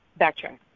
backtrack